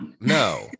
No